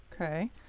Okay